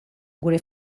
gure